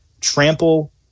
trample